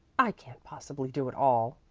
i can't possibly do it all.